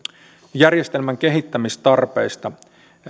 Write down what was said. järjestelmän kehittämistarpeista